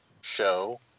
show